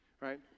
right